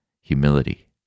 humility